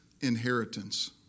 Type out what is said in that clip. inheritance